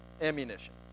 ammunition